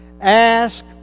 Ask